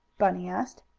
bunny asked.